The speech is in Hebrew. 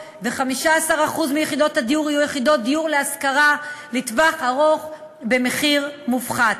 ו-15% מיחידות הדיור יהיו יחידות דיור להשכרה לטווח ארוך במחיר מופחת.